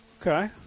Okay